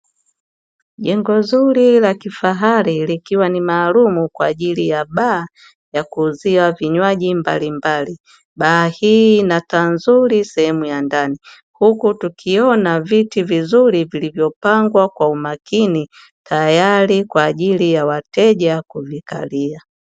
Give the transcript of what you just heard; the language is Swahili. Jengo zuri la kifahari likiwa ni maalum kwaajili ya baa ya kuuzia vinywaji mbalimbali. Baa hii inataa nzuri sehemu ya ndani huku tukiona viti vizuri vilivyo pangwa kwa umakini tayari kwaajili ya wateja kuvikalia.